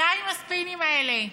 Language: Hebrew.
די עם הספינים האלה,